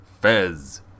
Fez